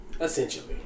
Essentially